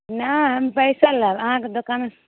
नहि हम पैसा लाएब अहाँके दोकानमे